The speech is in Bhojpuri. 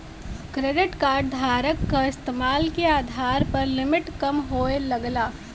क्रेडिट कार्ड धारक क इस्तेमाल के आधार पर लिमिट कम होये लगला